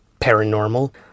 paranormal